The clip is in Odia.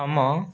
ଆମ